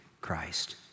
Christ